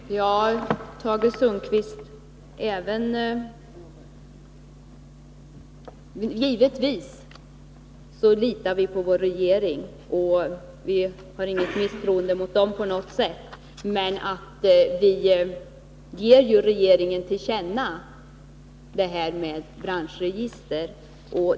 Herr talman! Till Tage Sundkvist: Givetvis litar vi på vår regering. Vi hyser inget misstroende mot den. Men vi vill ge regeringen till känna detta med branschregister.